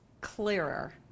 clearer